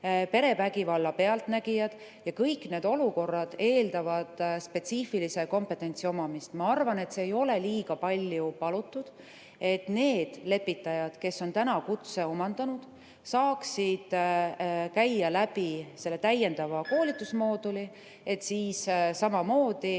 perevägivalla pealtnägijad, ja kõik need olukorrad eeldavad spetsiifilise kompetentsi omamist. Ma arvan, et ei ole liiga palju palutud, et need lepitajad, kes on kutse omandanud, saaksid teha läbi selle täiendava koolitusmooduli, et siis samamoodi